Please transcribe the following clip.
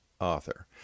Author